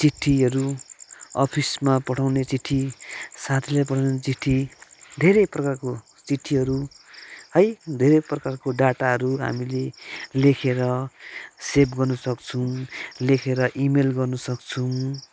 चिठीहरू अफिसमा पठाउने चिठी साथीलाई पठाउने चिठी धेरै प्रकारको चिठीहरू है धेरै प्रकारको डाटाहरू हामीले लेखेर सेभ गर्न सक्छौँ लेखेर इ मेल गर्न सक्छौँ